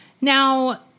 Now